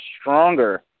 stronger